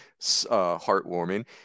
heartwarming